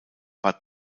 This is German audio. war